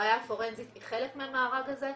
הראייה הפורנזית היא חלק מהמארג הזה.